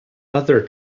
other